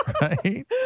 Right